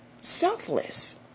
selfless